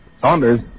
Saunders